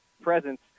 presence